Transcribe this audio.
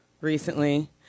recently